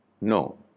no